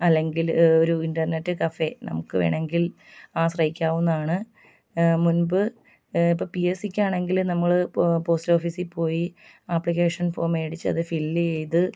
അല്ലെങ്കിൽ ഒരു internet cafe നമുക്ക് വേണമെങ്കിൽ ആശ്രയിക്കാവുന്നതാണ് മുൻപ് ഇപ്പം പിഎസ്സിക്ക് ആണെങ്കിൽ നമ്മൾ പോസ്റ്റ് ഓഫീസിൽ പോയി ആപ്ലിക്കേഷൻ ഫോം മേടിച്ച് അത് ഫില്ല് ചെയ്ത്